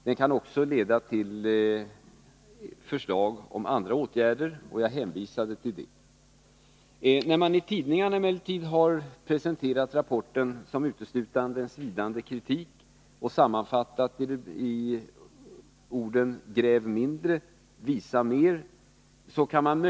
Den kan också leda till förslag om andra åtgärder — jag hänvisade till det i mitt svar. I tidningarna har man presenterat rapporten som uteslutande en svidande kritik och sammanfattat innehållet i orden: Gräv mindre — visa mer!